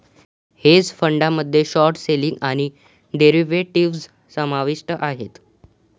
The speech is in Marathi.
हेज फंडामध्ये शॉर्ट सेलिंग आणि डेरिव्हेटिव्ह्ज समाविष्ट आहेत